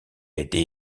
été